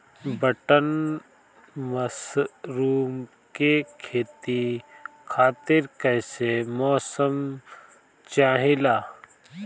Button mushroom के खेती खातिर कईसे मौसम चाहिला?